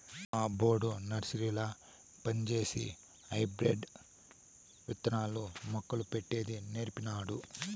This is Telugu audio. మా యబ్బొడు నర్సరీల పంజేసి హైబ్రిడ్ విత్తనాలు, మొక్కలు పెట్టేది నీర్పినాడు